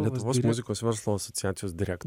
lietuvos muzikos verslo asociacijos direkt